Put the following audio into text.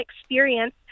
experience